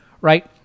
right